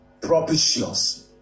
propitious